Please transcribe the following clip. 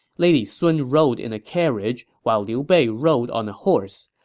lady sun rode in a carriage, while liu bei rode on a horse.